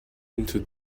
into